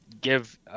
give